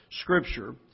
Scripture